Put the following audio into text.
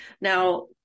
now